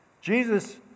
Jesus